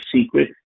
secret